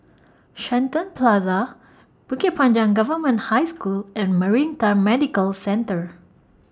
Shenton Plaza Bukit Panjang Government High School and Maritime Medical Centre